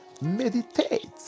Meditate